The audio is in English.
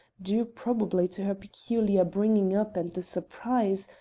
due probably to her peculiar bringing up and the surprise,